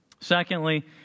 Secondly